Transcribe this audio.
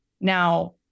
Now